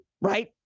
right